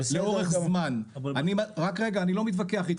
אני לא מתווכח איתך.